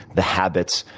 the habits,